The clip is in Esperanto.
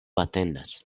atendas